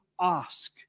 ask